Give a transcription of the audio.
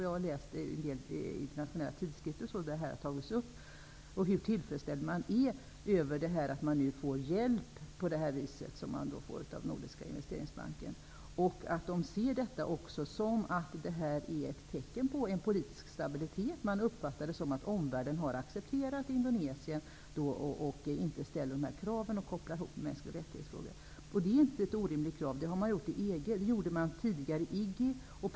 Jag har läst i en del internationella tidskrifter om hur tillfredsställd man är över att få hjälp på det vis som man nu får av Nordiska investeringsbanken. Man ser detta som ett tecken på politisk stabilitet och som att omvärlden har accepterat Indonesien utan att ställa några krav på mänskliga rättigheter, vilket inte är något orimligt krav. Sådana krav ställdes av EG-länderna och tidigare av IGGI.